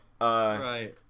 Right